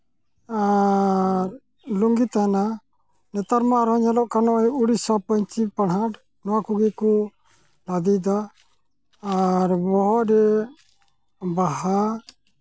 ᱟᱨ ᱞᱩᱝᱜᱤ ᱛᱟᱦᱮᱱᱟ ᱱᱮᱛᱟᱨ ᱢᱟ ᱟᱨᱦᱚᱸ ᱧᱮᱞᱚᱜ ᱠᱟᱱᱟ ᱩᱲᱤᱥᱥᱟ ᱯᱟᱹᱧᱪᱤ ᱯᱟᱲᱦᱟᱴ ᱱᱚᱣᱟ ᱠᱚᱜᱮ ᱠᱚ ᱵᱟᱸᱫᱮᱭᱫᱟ ᱟᱨ ᱵᱚᱦᱚᱜ ᱨᱮ ᱵᱟᱦᱟ